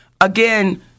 again